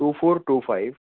two four two five